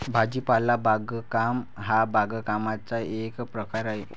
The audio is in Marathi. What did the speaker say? भाजीपाला बागकाम हा बागकामाचा एक प्रकार आहे